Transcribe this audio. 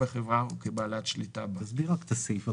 בחברה או כבעלת שליטה בה." תסביר בבקשה את הסעיף.